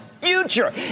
future